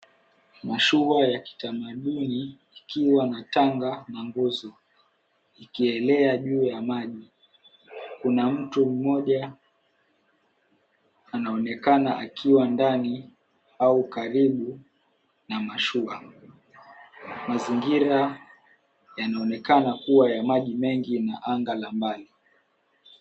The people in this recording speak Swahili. Mashua ya kitamaduni tukiwa na tanga na nguzo ikielea juu ya maji. Kuna mtu mmoja anaonekana akiwa ndani au karibu na mashua. Mazingira yanaonekana kuwa ya maji mengi na anga la mbali.